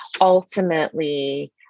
ultimately